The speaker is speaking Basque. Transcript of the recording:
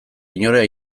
inora